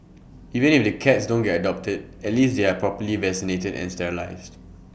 even if the cats don't get adopted at least they're properly vaccinated and sterilised